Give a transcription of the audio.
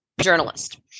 journalist